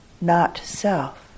Not-Self